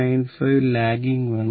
95 lagging വേണം